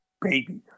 baby